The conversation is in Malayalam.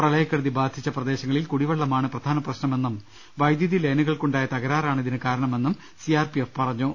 പ്രളയക്കെടുതി ബാധിച്ച പ്രദേശങ്ങളിൽ കുടിവെളള മാണ് പ്രധാന പ്രശ്നമെന്നും വൈദ്യുതി ലൈനുകൾക്കുണ്ടായ തകരാറാണ് ഇതിന് കാരണമെന്നും സിആർപിഎഫ് അറിയിച്ചു